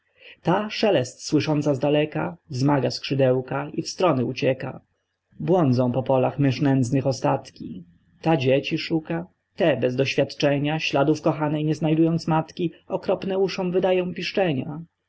ta szelest słysząca zdaleka wzmaga skrzydełka i w strony ucieka błądzą po polach mysz nędznych ostatki ta dzieci szuka te bez doświadczenia śladów kochanej nie znajdując matki okropne uszom wydają piszczenia